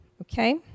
okay